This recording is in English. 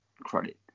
credit